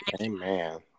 amen